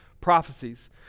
Prophecies